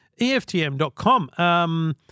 EFTM.com